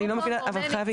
אני לא מבינה, אבל חוי.